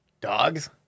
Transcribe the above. Dogs